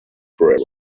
forever